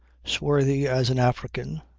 swarthy as an african,